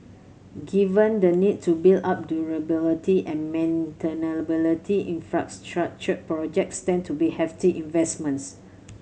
given the need to build up durability and maintainability infrastructure projects tend to be hefty investments